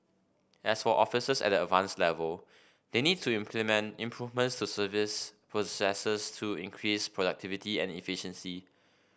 as for officers at the Advanced level they need to implement improvements to service processes to increase productivity and efficiency